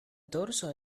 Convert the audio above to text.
dorso